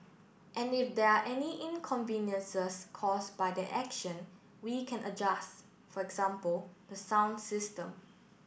and if there are any inconveniences caused by that action we can adjust for example the sound system